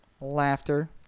Laughter